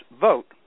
vote